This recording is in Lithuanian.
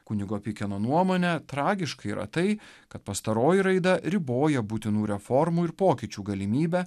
kunigo pykeno nuomone tragiška yra tai kad pastaroji raida riboja būtinų reformų ir pokyčių galimybę